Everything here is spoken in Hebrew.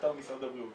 לאתר משרד הבריאות.